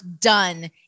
done